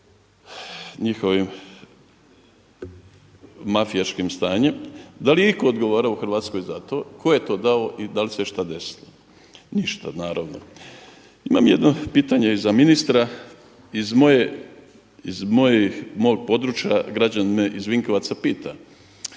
njihovim mafijaškim stanjem. Da li je iko odgovarao u Hrvatskoj za to? Tko je to dao i da li se šta desilo? Ništa naravno. Imam jedno pitanje i za ministra, iz mog područja građanin me iz Vinkovaca pita,